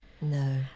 no